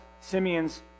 simeon's